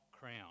crown